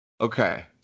Okay